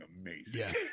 amazing